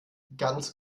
ganz